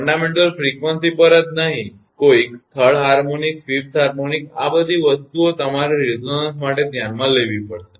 મૂળભૂત ફ્રીક્વન્સીઝ પર જ નહીં કોઇક થર્ડ હાર્મોનિક ફીફથ હાર્મોનિક આ બધી વસ્તુઓ તમારે રેઝોનન્સ માટે ધ્યાને લેવી પડશે